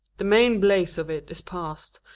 the main blaze of it is past,